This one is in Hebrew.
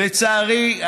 לצערי,